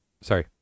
sorry